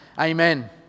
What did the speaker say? amen